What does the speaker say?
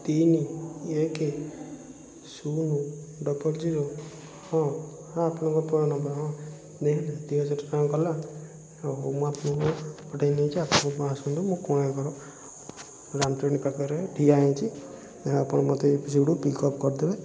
ତିନି ଏକ ଶୂନ ଡବଲ ଜିରୋ ହଁ ହଁ ଆପଣଙ୍କ ପୁରା ନମ୍ବର୍ ହଁ ଦେଖିଲେ ଦୁଇହଜାର ଟଙ୍କା ଗଲା ହଉ ହଉ ମୁଁ ଆପଣଙ୍କୁ ପଠେଇ ଦେଇଛି ଆପଣଙ୍କ ପୁଅ ଆସନ୍ତୁ ମୁଁ କୋଣାର୍କର ରାମଚଣ୍ଡୀ ପାଖରେ ଠିଆ ହେଇଛି ଆପଣ ମୋତେ ସେଇଠୁ ପିକଅପ୍ କରିଦେବେ